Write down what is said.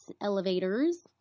Elevators